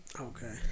okay